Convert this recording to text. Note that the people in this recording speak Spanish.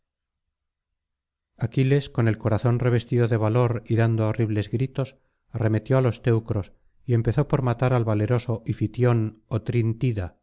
aquiles con el corazón revestido de valor y dando horribles gritos arremetió á los teucros y empezó por matar al valeroso ifitión otrintida